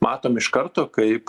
matom iš karto kaip